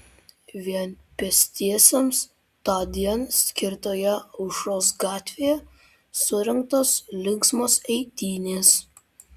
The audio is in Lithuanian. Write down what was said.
vien pėstiesiems tądien skirtoje aušros gatvėje surengtos linksmos eitynės